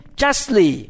justly